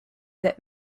that